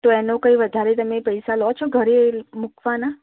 તો એનો કંઈ વધારે તમે પૈસા લો છો ઘરે મૂકવાના